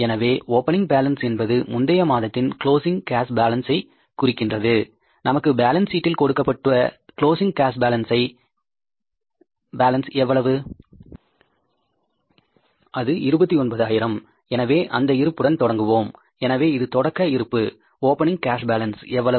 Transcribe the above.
எனவே opening balance என்பது முந்தைய மாதத்தின் க்ளோஸிங் கேஸ் பாலன்ஸ் ஐ குறிக்கின்றது நமக்கு பேலன்ஸ் ஷீட்டில் கொடுக்கப்பட்ட க்ளோஸிங் கேஸ் பாலன்ஸ் எவ்வளவு அது 29000 எனவே அந்த இருப்புடன் தொடங்குவோம் எனவே இது தொடக்க இருப்பு ஓப்பனிங் கேஸ் பேலன்ஸ் எவ்வளவு